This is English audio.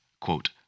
quote